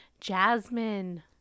Jasmine